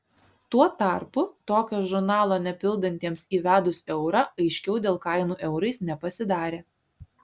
tuo tarpu tokio žurnalo nepildantiems įvedus eurą aiškiau dėl kainų eurais nepasidarė